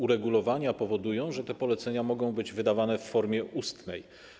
Uregulowania powodują, że te polecenia mogą być wydawane w formie ustnej.